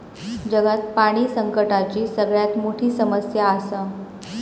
जगात पाणी संकटाची सगळ्यात मोठी समस्या आसा